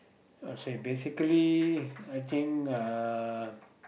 oh say basically I think uh